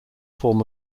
form